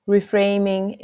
Reframing